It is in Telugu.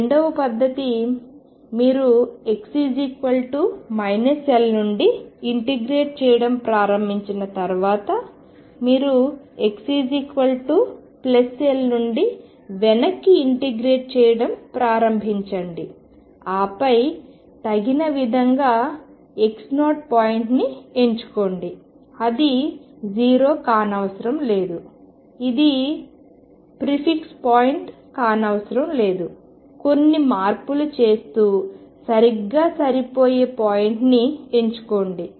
రెండవ పద్ధతి మీరు x L నుండి ఇంటిగ్రేట్ చేయడం ప్రారంభించిన తర్వాత మీరు xL నుండి వెనక్కి ఇంటిగ్రేట్ చేయడం ప్రారంభించండి ఆపై తగిన విధంగా x0 పాయింట్ ని ఎంచుకోండి అది 0 కానవసరం లేదు ఇది ప్రిఫిక్స్ పాయింట్ కానవసరం లేదు కొన్ని మార్పులు చేస్తూ సరిగ్గా సరిపోయే పాయింట్ ని ఎంచుకోండి